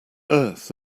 earth